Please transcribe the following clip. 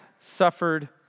suffered